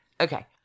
Okay